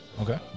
Okay